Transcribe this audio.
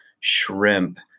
shrimp